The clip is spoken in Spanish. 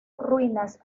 ruinas